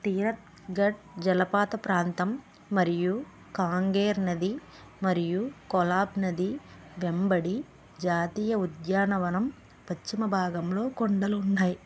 తీరత్ గఢ్ జలపాత ప్రాంతం మరియు కాంగేర్ నది మరియు కొలాబ్ నది వెంబడి జాతీయ ఉద్యానవనం పశ్చిమ భాగంలో కొండలు ఉన్నాయి